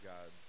God